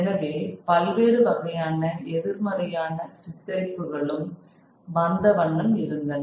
எனவே பல்வேறு வகையான எதிர்மறையான சித்தரிப்புகளும் வந்தவண்ணம் இருந்தன